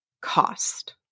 cost